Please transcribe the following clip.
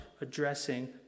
addressing